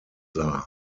sah